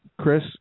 Chris